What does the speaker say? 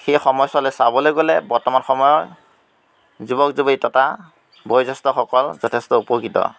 সেই সময়ছোৱালৈ চাবলৈ গ'লে বৰ্তমান সময়ৰ যুৱক যুৱতী বয়োজ্যেষ্ঠসকল যথেষ্ট উপকৃত